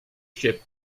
ship